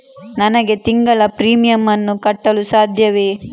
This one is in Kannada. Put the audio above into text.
ನನಗೆ ತಿಂಗಳ ಪ್ರೀಮಿಯಮ್ ಅನ್ನು ಕಟ್ಟಲು ಸಾಧ್ಯವೇ?